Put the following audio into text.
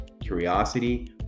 curiosity